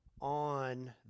on